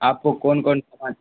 آپ کو کون کون